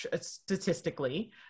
statistically